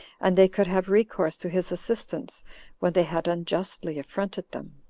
and they could have recourse to his assistance when they had unjustly affronted them